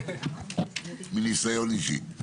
מניסיון אישי.